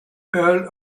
earl